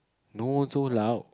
no so loud